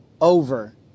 over